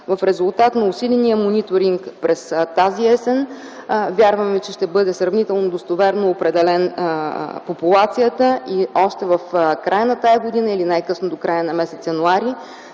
в резултат на усиления мониторинг през тази есен. Вярваме, че ще бъде сравнително достоверно определена популацията и още в края на тази година или най-късно до края на м. януари,